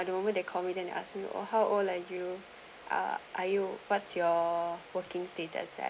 at the moment the comedian they ask me of how old you are are you what's your working status